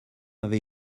avait